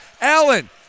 Allen